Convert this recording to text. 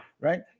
right